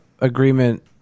agreement